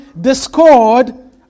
discord